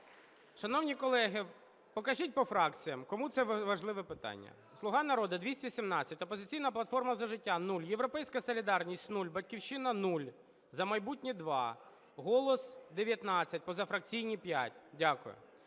Шановні колеги, покажіть по фракціям, кому це важливе питання. "Слуга народу" – 217, "Опозиційна платформа – За життя" - 0, "Європейська солідарність" – 0,"Батьківщина" – 0, "За майбутнє" – 2, "Голос" – 19, позафракційні – 5. Дякую.